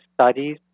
studies